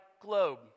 globe